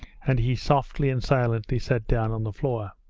and he softly and silently sat down on the floor.